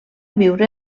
viure